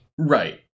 Right